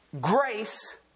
grace